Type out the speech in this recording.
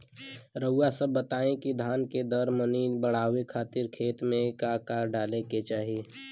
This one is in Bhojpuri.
रउआ सभ बताई कि धान के दर मनी बड़ावे खातिर खेत में का का डाले के चाही?